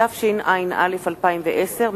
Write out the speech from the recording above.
התשע"א 2010,